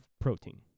protein